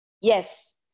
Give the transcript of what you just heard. Yes